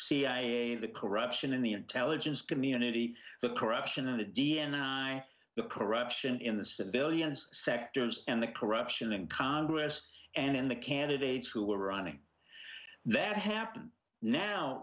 cia the corruption in the intelligence community the corruption in the d n i the corruption in the civilians sectors and the corruption in congress and in the candidates who were running that happened now